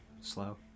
slow